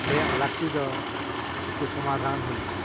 ᱟᱞᱮᱭᱟᱜ ᱞᱟᱠᱛᱤ ᱫᱚ ᱠᱤᱪᱷᱩ ᱥᱚᱢᱟᱫᱷᱟᱱ ᱦᱩᱭᱩᱜᱼᱟ